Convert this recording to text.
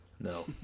No